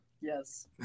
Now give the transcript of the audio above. Yes